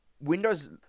Windows